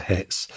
Hits